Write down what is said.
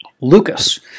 Lucas